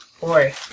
Boy